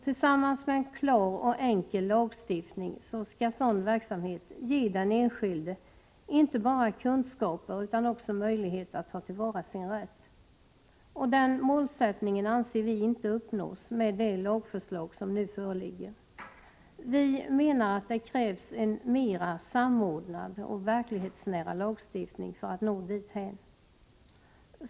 Tillsammans med en klar och enkel lagstiftning skall sådan verksamhet ge den enskilde inte bara kunskaper utan också möjligheter att ta till vara sin rätt. Den målsättningen anser vi inte uppnås med det lagförslag som nu föreligger. Vi menar att det krävs en mer samordnad och verklighetsnära lagstiftning för att nå dithän.